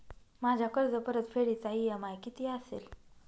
माझ्या कर्जपरतफेडीचा इ.एम.आय किती असेल?